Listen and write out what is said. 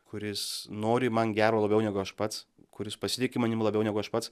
kuris nori man gero labiau negu aš pats kuris pasitiki manim labiau negu aš pats